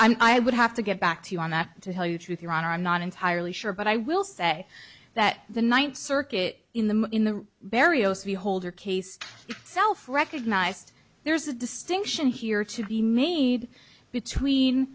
i'm i would have to get back to you on that to tell you truth your honor i'm not entirely sure but i will say that the ninth circuit in the in the barrios v holder case itself recognized there's a distinction here to be made between